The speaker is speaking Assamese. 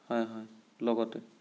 হয় হয় লগতে